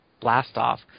Blastoff